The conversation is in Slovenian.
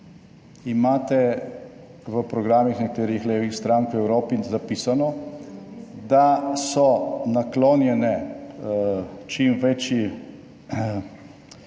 Imate v programih nekaterih levih strank v Evropi zapisano, da so naklonjene čim večjemu